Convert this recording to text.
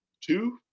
two